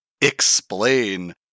explain